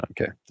Okay